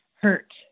hurt